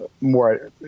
more